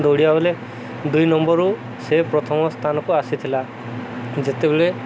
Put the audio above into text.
ଦୌଡ଼ିବା ବେଲେ ଦୁଇ ନମ୍ବରରୁ ସେ ପ୍ରଥମ ସ୍ଥାନକୁ ଆସିଥିଲା ଯେତେବେଳେ